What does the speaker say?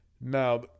Now